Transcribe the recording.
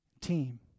team